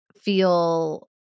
feel